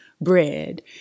bread